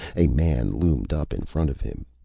a man loomed up in front of him.